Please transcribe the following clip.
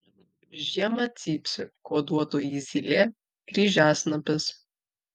žiemą cypsi kuoduotoji zylė kryžiasnapis